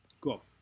Cool